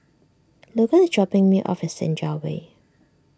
Logan is dropping me off Senja Way